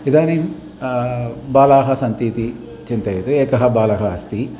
इदानीं बालाः सन्ति इति चिन्तयतु एकः बालः अस्ति